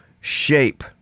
shape